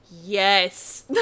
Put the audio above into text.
yes